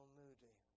Moody